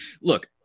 look